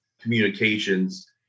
communications